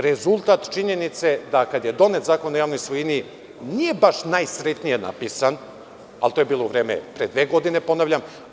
Rezultat činjenice da kada je donet Zakon o javnoj svojini, nije baš najsrećnije napisan, ali to je bilo u vreme pre dve godine, ponavljam.